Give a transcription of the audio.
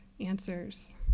answers